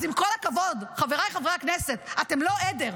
אז עם כל הכבוד, חבריי חברי הכנסת, אתם לא עדר.